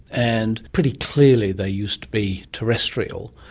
and pretty clearly they used to be terrestrial.